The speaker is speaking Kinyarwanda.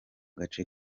gace